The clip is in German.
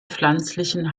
pflanzlichen